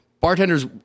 Bartenders